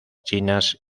chinas